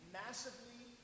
massively